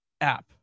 app